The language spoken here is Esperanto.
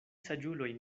saĝuloj